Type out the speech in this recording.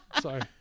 Sorry